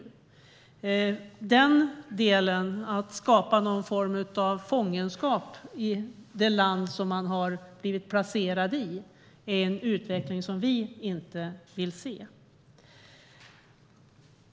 Den delen, att skapa någon form av fångenskap i det land som man har blivit placerad i, är en utveckling som vi inte vill se.